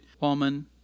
woman